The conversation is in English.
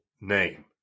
name